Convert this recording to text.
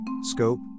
scope